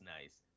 nice